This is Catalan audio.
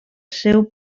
seu